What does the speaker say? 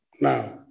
now